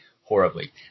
horribly